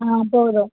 ஆ போதும்